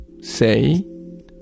say